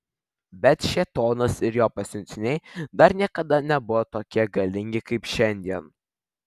bet šėtonas ir jo pasiuntiniai dar niekada nebuvo tokie galingi kaip šiandien